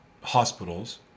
hospitals